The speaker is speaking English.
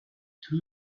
two